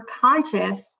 conscious